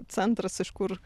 centras iš kur